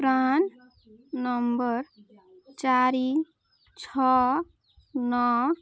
PRAN number ଚାରି ଛଅ ନଅ